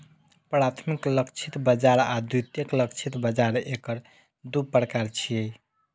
प्राथमिक लक्षित बाजार आ द्वितीयक लक्षित बाजार एकर दू प्रकार छियै